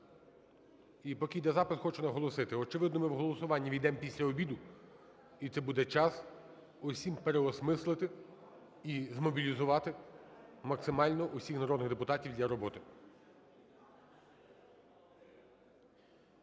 І поки іде запис хочу наголосити, очевидно ми в голосування ввійдемо після обіду і це буде час усім переосмислити і змобілізувати максимально усіх народних депутатів для роботи.